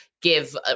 give